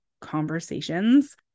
conversations